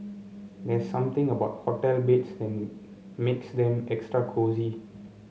there's something about hotel beds that makes them extra cosy